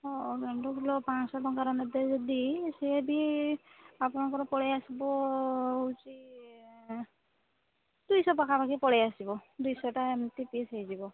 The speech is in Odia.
ହଁ ଗେଣ୍ଡୁ ଫୁଲ ପାଞ୍ଚଶହ ଟଙ୍କାର ନେବେ ଯଦି ସିଏ ବି ଆପଣଙ୍କର ପଳାଇ ଆସିବ ହେଉଛି ଦୁଇଶହ ପାଖା ପାଖି ପଳାଇ ଆସିବ ଦୁଇଶହଟା ଏମିତି ପିସ୍ ହେଇଯିବ